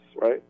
right